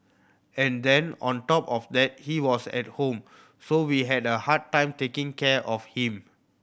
and then on top of that he was at home so we had a hard time taking care of him